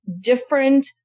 different